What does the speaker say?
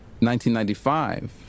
1995